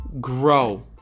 grow